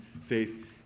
faith